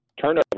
Turnover